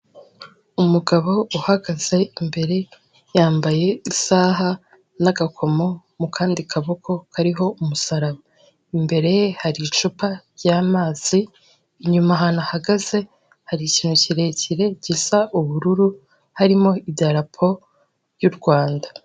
Umugabo uhagaze imbere yambaye isaha n'agakomo mu kandi kaboko kariho umusaraba, imbere ye hari icupa ryamazi; inyuma ahantu ahagaze hari ikintu kirekire gisa ubururu harimo ibyarapo y'u Rwanda.